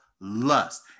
lust